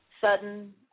sudden